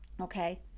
Okay